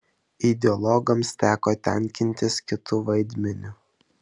ideologams teko tenkintis kitu vaidmeniu